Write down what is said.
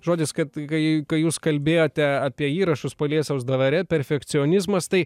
žodis kad kai kai jūs kalbėjote apie įrašus paliesiaus davare perfekcionizmas tai